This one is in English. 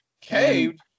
Caved